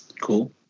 Cool